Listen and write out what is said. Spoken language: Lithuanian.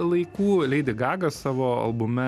laikų leidi gaga savo albume